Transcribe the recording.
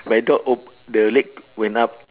my dog op~ the leg went up